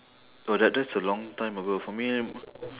oh that that's a long time ago for me